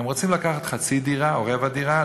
הם רוצים לקחת חצי דירה או רבע דירה,